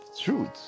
truth